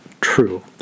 true